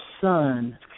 son